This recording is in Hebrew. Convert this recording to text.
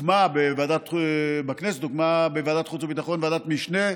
הוקמה בוועדת החוץ והביטחון ועדת משנה,